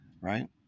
right